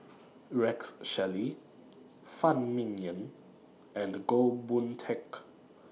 Rex Shelley Phan Ming Yen and Goh Boon Teck